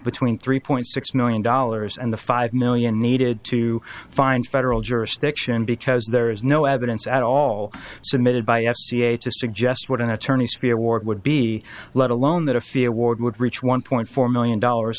between three point six million dollars and the five million needed to find federal jurisdiction because there is no evidence at all submitted by f c a to suggest what an attorney's to be award would be let alone that a few award would reach one point four million dollars